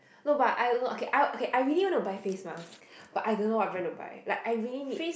no but I don't know okay I I really want to buy face mace but I don't know what brand to buy like I really need